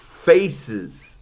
faces